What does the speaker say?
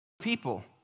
people